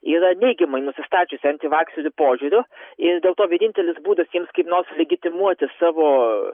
yra neigiamai nusistačiusi antivakserių požiūriu ir dėl to vienintelis būdas jiems kaip nors legitimuoti savo